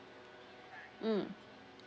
mm